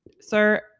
Sir